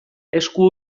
esku